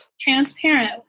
transparent